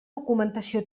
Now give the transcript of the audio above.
documentació